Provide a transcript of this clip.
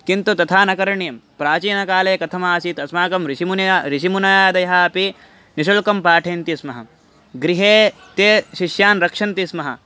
किन्तु तथा न करणीयं प्राचीनकाले कथमासीत् अस्माकं ऋषिमुनयः ऋषिमुनयादयः अपि निःशुल्कं पाठयन्ति स्मः गृहे ते शिष्यान् रक्षन्ति स्म